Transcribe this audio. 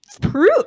proof